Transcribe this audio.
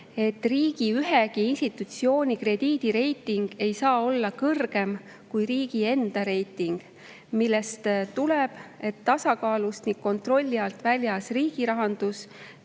et riigi mitte ühegi institutsiooni krediidireiting ei saa olla kõrgem kui riigi enda reiting, millest tuleneb, et tasakaalust ning kontrolli alt väljas riigirahandus